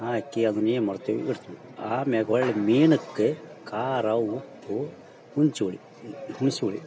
ಹಾಕಿ ಅದನ್ನೇನು ಮಾಡ್ತೇವಿ ಇಡ್ತಿವಿ ಅಮ್ಯಾಗ ಹೊಳ್ಳಿ ಮೀನಕ್ಕ ಖಾರ ಉಪ್ಪು ಹುಣ್ಸೆಹುಳಿ ಹುಣ್ಸೆಹುಳಿ